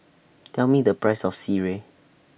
Tell Me The Price of Sireh